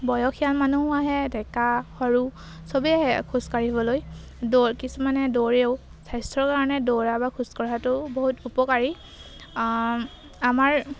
বয়সীয়াল মানুহ আহে ডেকা সৰু সবেই আহে খোজ কঢ়িবলৈ দৌৰ কিছুমানে দৌৰেও স্বাস্থ্যৰ কাৰণে দৌৰা বা খোজ কাঢ়াটো বহুত উপকাৰী আমাৰ